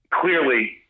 Clearly